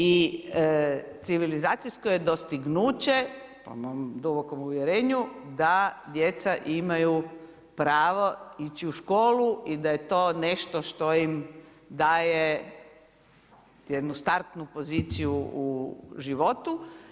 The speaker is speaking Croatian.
I civilizacijsko je dostignuće po mom dubokom uvjerenju da djeca imaju pravo ići u školu i da je to nešto što im daje jednu startnu poziciju u životu.